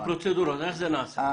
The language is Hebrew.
הפרוצדורה, איך זה נעשה?